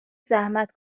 زحمت